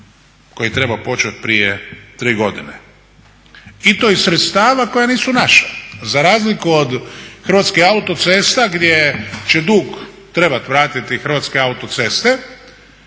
koji je trebao početi prije 3 godine i to iz sredstava koja nisu naša. Za razliku od Hrvatskih autocesta gdje će dug trebati vratiti Hrvatske autoceste